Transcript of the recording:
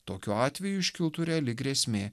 tokiu atveju iškiltų reali grėsmė